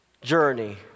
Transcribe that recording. journey